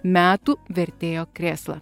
metų vertėjo krėslą